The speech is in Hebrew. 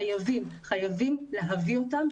חייבים להביא אותם,